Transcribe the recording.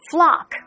Flock